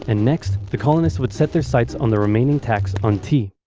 and next, the colonists would set their sight on the remaining tax on tea.